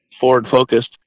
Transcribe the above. forward-focused